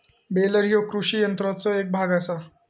baler ह्यो कृषी यंत्राचो एक भाग आसा